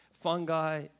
Fungi